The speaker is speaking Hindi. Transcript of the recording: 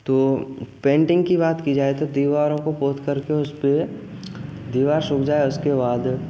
तो पेंटिंग की बात की जाए तो दीवारों को पोत करके उस पर दीवार सूख जाए उसके बाद